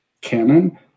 canon